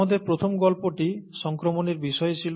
আমাদের প্রথম গল্পটি সংক্রমণের বিষয়ে ছিল